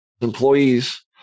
employees